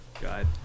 god